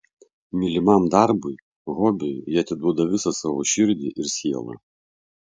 mylimam darbui hobiui jie atiduoda visą savo širdį ir sielą